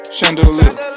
Chandelier